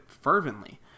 fervently